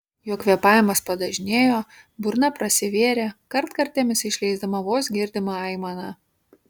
jo kvėpavimas padažnėjo burna prasivėrė kartkartėmis išleisdama vos girdimą aimaną